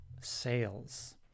sales